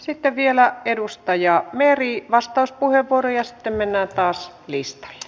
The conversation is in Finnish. sitten vielä edustaja meri vastauspuheenvuoro ja sitten mennään taas listalle